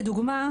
לדוגמה,